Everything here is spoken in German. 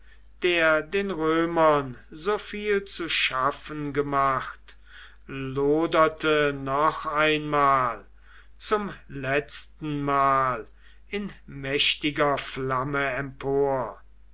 der den römern so viel zu schaffen gemacht loderte noch einmal zum letzten mal in mächtiger flamme empor